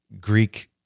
greek